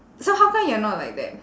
so how come you're not like that